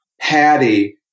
Patty